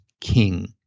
king